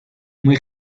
muy